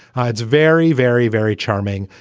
hides very, very, very charming.